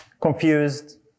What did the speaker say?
confused